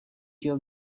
your